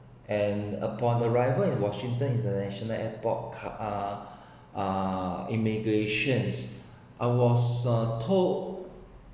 and upon arrival in washington international airport car~ uh uh immigrations I was told